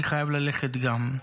אני חייב ללכת גם.